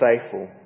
faithful